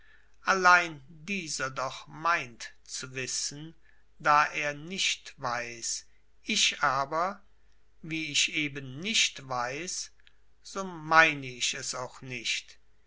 allein dieser doch meint zu wissen da er nicht weiß ich aber wie ich eben nicht weiß so meine ich es auch nicht